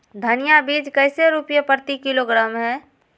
धनिया बीज कैसे रुपए प्रति किलोग्राम है?